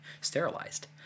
sterilized